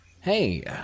Hey